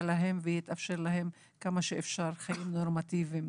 להם ויתאפשר להם כמה שאפשר חיים נורמטיביים